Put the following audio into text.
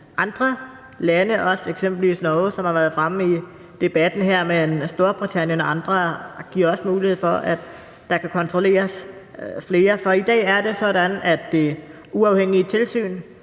andre lande, eksempelvis Norge, som det har været fremme i debatten her, men Storbritannien og andre giver også mulighed for, at der kan kontrolleres flere områder. For i dag er det sådan, at det uafhængige tilsyn